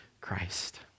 Christ